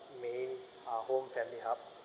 main uh whole family hub